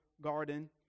garden